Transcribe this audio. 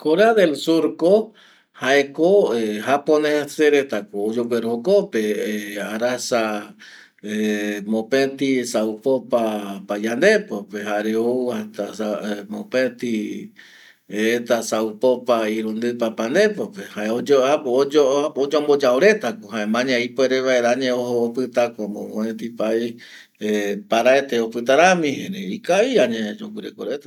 Korea del sur jaeko japonese reta ko oyegüeru jokope arasa ˂hesitation˃ mopeti saupopa payandepo pe jare ou hasta mopeti eta saupopa irundipa pe oyemboyea reta ko